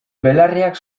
belarriak